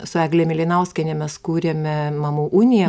su egle mėlinauskiene mes kūrėme mamų uniją